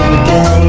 again